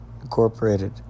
Incorporated